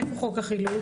איפה חוק החילוט?